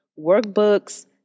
workbooks